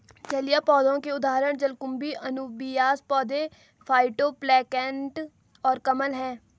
जलीय पौधों के उदाहरण जलकुंभी, अनुबियास पौधे, फाइटोप्लैंक्टन और कमल हैं